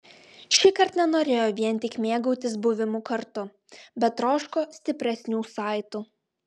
šįkart nenorėjo vien tik mėgautis buvimu kartu bet troško stipresnių saitų